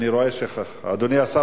אדוני השר,